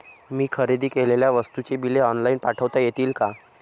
मी खरेदी केलेल्या वस्तूंची बिले ऑनलाइन पाठवता येतील का?